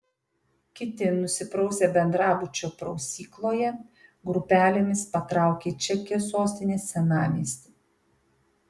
kiti nusiprausę bendrabučio prausykloje grupelėmis patraukė į čekijos sostinės senamiestį